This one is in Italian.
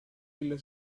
ella